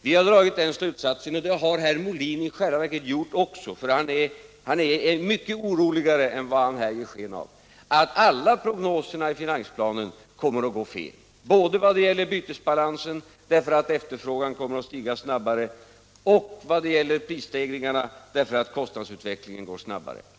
Vi har dragit den slutsatsen — och det har i själva verket också herr Molin gjort, för han är mycket oroligare än han här ger sken av — att alla prognoserna i finansplanen kommer att slå fel, både i vad gäller bytesbalansen, därför att efterfrågan kommer att stiga snabbare, och i fråga om prisstegringarna, därför att kostnadsutvecklingen går snabbare.